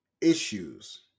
issues